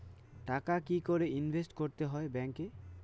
টাকা কি করে ইনভেস্ট করতে হয় ব্যাংক এ?